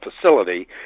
facility